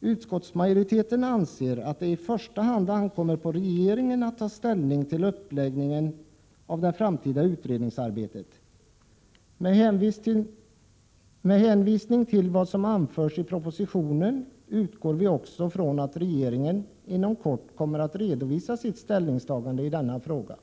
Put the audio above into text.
Utskottsmajoriteten anser att det i första hand ankommer på regeringen att ta ställning till uppläggningen av det framtida utredningsarbetet. Med hänvisning till vad som anförts i propositionen utgår vi också från att regeringen inom kort kommer att redovisa sitt ställningstagande i denna fråga.